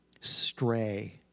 stray